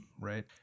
right